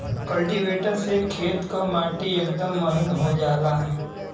cultivator से खेत क माटी एकदम महीन हो जाला